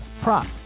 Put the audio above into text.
prop